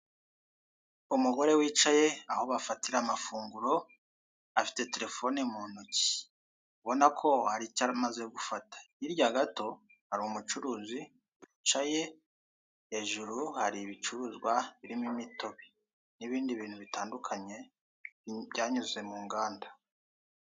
Umugore wicaye aho bafatira amafunguro afite telefone mu ntoki, ubonako haricyo amaze gufata, hirya gato hari umucuruzi wicaye, hejuru hari ibicuruzwa birimo imitobe n'ibindi bintu bitandukanye byanyuze mu nganda.